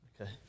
Okay